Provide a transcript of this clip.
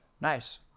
Nice